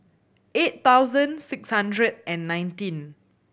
eight thousand six hundred and nineteen